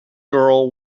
girl